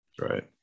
Right